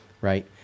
right